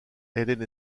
hélène